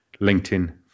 LinkedIn